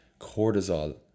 cortisol